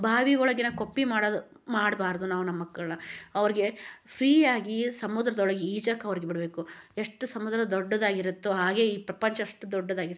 ಬಾವಿ ಒಳಗಿನ ಕಪ್ಪೆ ಮಾಡೋದು ಮಾಡಬಾರ್ದು ನಾವು ನಮ್ಮ ಮಕ್ಳನ್ನು ಅವ್ರಿಗೆ ಫ್ರೀ ಆಗಿ ಸಮುದ್ರದೊಳಗೆ ಈಜಕ್ಕೆ ಆವ್ರಿಗೆ ಬಿಡಬೇಕು ಎಷ್ಟು ಸಮುದ್ರ ದೊಡ್ಡದಾಗಿರುತ್ತೊ ಹಾಗೆ ಈ ಪ್ರಪಂಚ ಅಷ್ಟು ದೊಡ್ಡದಾಗಿರುತ್ತೆ